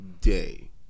day